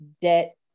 debt